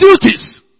duties